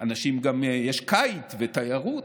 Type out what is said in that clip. יש גם קיט ותיירות.